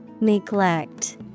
Neglect